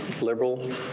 liberal